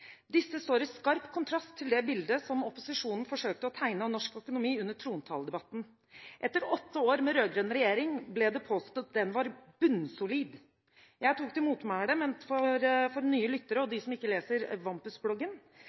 Disse står i skarp kontrast til det bildet som opposisjonen forsøkte å tegne av norsk økonomi under trontaledebatten. Etter åtte år med rød-grønn regjering ble det påstått at den var bunnsolid. Jeg tok til motmæle. For nye lyttere og for dem som ikke leser